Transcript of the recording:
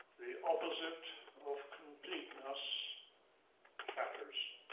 the opposite of completeness shatters.